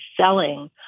selling